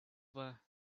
were